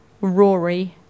Rory